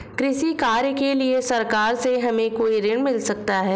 कृषि कार्य के लिए सरकार से हमें कोई ऋण मिल सकता है?